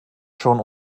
schon